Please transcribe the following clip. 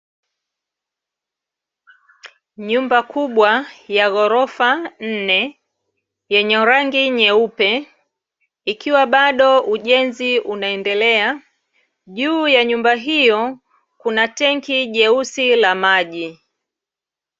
Nyumba kubwa ya ghorofa nne, yenye rangi nyeupe, ikiwa bado ujenzi unaendelea. Juu ya nyumba hiyo kuna tenki jeusi la maji.